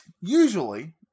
usually